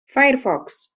firefox